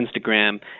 Instagram